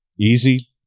easy